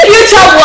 Future